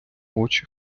очі